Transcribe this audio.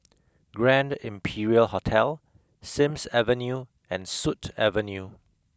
Grand Imperial Hotel Sims Avenue and Sut Avenue